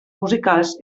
musicals